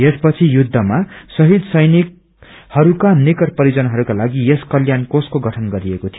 यसपछि युद्धमा शहीद सैनिकहरूका निकट परिजनहरूका लागि यस कल्याण कोषको गठन गरिएको थियो